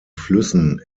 flüssen